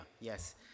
Yes